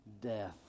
death